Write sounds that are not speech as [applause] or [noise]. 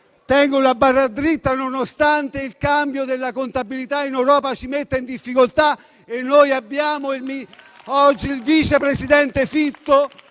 tengono la barra dritta nonostante il cambio della contabilità in Europa ci metta in difficoltà. [applause] Noi abbiamo oggi il vice presidente Fitto